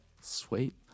Sweet